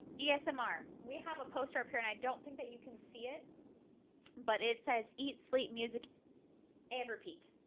yes, um mr. we have a poster up here and i don't think that you can see it but it says eat sleep music and repeat.